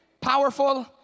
powerful